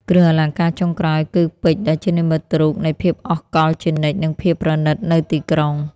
គ្រឿងអលង្ការចុងក្រោយគី ពេជ្រដែលជានិមិត្តរូបនៃភាពអស់កល្បជានិច្ច និងភាពប្រណិតនៅទីក្រុង។